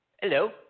Hello